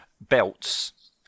belts